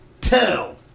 Tell